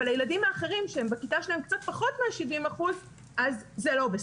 אבל הילדים האחרים שהם בכיתה שלהם קצת פחות מ-70% אז זה לא בסדר.